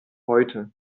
heute